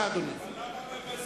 אדוני, בבקשה.